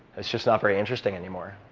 it's just not very interesting anymore.